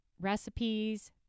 recipes